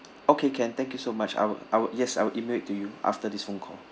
okay can thank you so much I will I will yes I will email it to you after this phone call